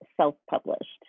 self-published